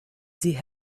sie